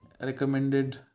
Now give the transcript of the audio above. recommended